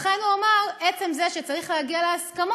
לכן הוא אמר: עצם זה שצריך להגיע להסכמות,